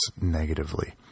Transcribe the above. negatively